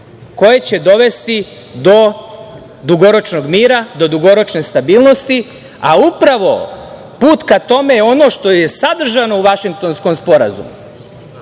koje će dovesti do dugoročnog mira, do dugoročne stabilnosti, a upravo put ka tome je ono što je sadržano u Vašingtonskom sporazumu.